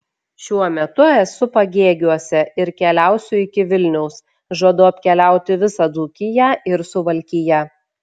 šiuo metu esu pagėgiuose ir keliausiu iki vilniaus žadu apkeliauti visą dzūkiją ir suvalkiją